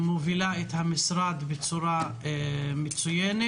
מובילה את המשרד בצורה מצוינת.